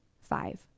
five